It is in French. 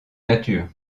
nature